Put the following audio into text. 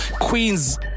Queens